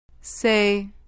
Say